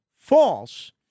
false